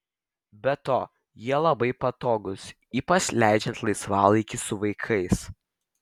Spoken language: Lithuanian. be to jie labai patogūs ypač leidžiant laisvalaikį su vaikais